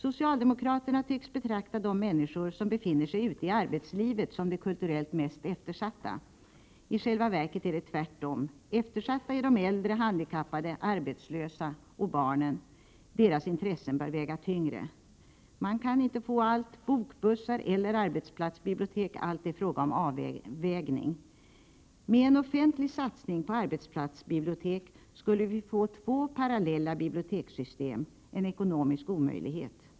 Socialdemokraterna tycks betrakta de människor som befinner sig ute i arbetslivet som de kulturellt mest eftersatta. I själva verket är det tvärtom. Eftersatta är de äldre, de handikappade, de arbetslösa och barnen. Deras intressen bör väga tyngre. Man kan inte få allt. Bokbussar eller arbetsplatsbibliotek — det är fråga om avvägning. Med en offentlig satsning på arbetsplatsbibliotek skulle vi få två parallella bibliotekssystem, en ekonomisk omöjlighet.